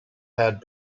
had